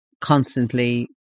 constantly